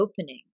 opening